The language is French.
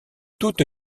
toute